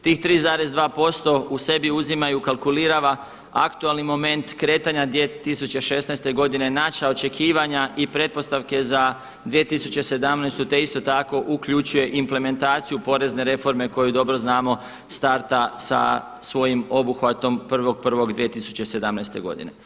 Tih 3,2% u sebi uzima i ukalkulirava aktualni moment kretanja 2016. godine naša očekivanja i pretpostavke za 2017. te isto tako uključuje implementaciju porezne reforme koju dobro znamo starta sa svojim obuhvatom 1.1.2017. godine.